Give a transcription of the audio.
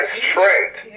strength